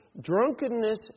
drunkenness